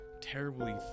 terribly